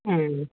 ம்